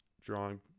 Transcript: drawing